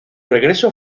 regreso